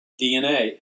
DNA